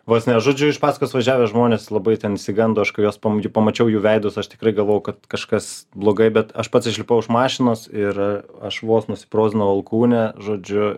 vos ne žodžiu iš paskos važiavę žmonės labai ten išsigando aišku juos pamačiau jų veidus aš tikrai galvojau kad kažkas blogai bet aš pats išlipau iš mašinos ir aš vos nusibrozdinau alkūnę žodžiu